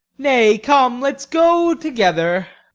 nay, come, let's go together.